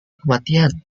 kematian